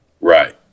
Right